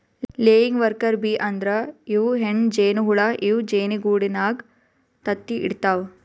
laying worker bee ಅಂದ್ರ ಇವ್ ಹೆಣ್ಣ್ ಜೇನಹುಳ ಇವ್ ಜೇನಿಗೂಡಿನಾಗ್ ತತ್ತಿ ಇಡತವ್